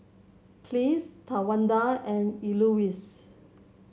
Pleas Tawanda and Elouise